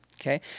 okay